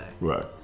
Right